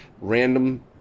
random